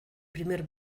primer